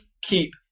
keep